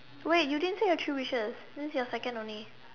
wait you didn't say your three wishes this is your second only